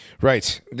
Right